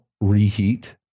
reheat